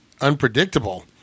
unpredictable